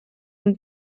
und